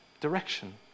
direction